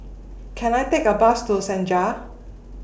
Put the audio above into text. Can I Take A Bus to Senja